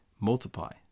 multiply